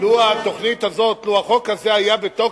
לו התוכנית הזאת, לו היה החוק הזה בתוקף